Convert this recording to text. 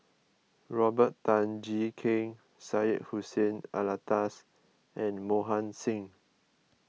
Robert Tan Jee Keng Syed Hussein Alatas and Mohan Singh